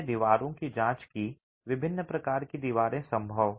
हमने दीवारों की जांच की विभिन्न प्रकार की दीवारें संभव